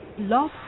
Love